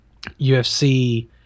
UFC